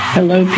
Hello